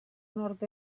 nord